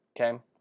okay